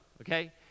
okay